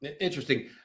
Interesting